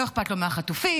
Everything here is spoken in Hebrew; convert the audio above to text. לא אכפת לו מהחטופים,